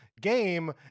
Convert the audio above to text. game